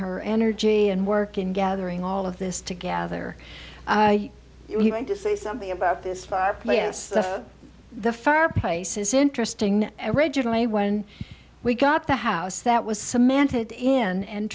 her energy and work in gathering all of this together he went to say something about this five player the fireplace is interesting originally when we got the house that was cemented in and